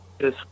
yes